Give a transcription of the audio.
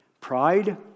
pride